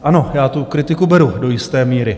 Ano, já tu kritiku beru do jisté míry.